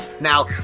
Now